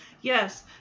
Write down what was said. yes